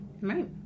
Right